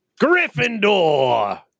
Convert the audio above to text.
Gryffindor